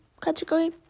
category